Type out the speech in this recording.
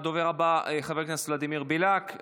הדובר הבא הוא חבר הכנסת ולדימיר בליאק,